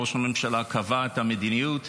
ראש הממשלה קבע את המדיניות,